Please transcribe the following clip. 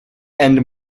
and